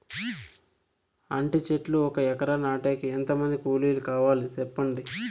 అంటి చెట్లు ఒక ఎకరా నాటేకి ఎంత మంది కూలీలు కావాలి? సెప్పండి?